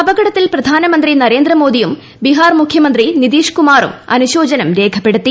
അപകടത്തിൽ പ്രധാന മന്ത്രി നരേന്ദ്രമോദിയും ബിഹാർ മുഖ്യമന്ത്രി നിതീഷ് കുമാറും അനുശോചനം രേഖപ്പെടുത്തി